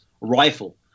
rifle